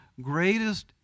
greatest